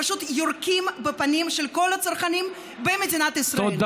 פשוט יורקים בפנים של כל הצרכנים במדינת ישראל.